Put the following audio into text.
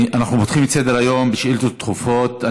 אנחנו פותחים את סדר-היום בשאילתות דחופות.